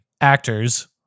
actors